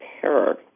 terror